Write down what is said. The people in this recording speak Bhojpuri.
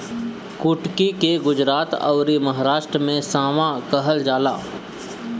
कुटकी के गुजरात अउरी महाराष्ट्र में सांवा कहल जाला